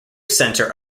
center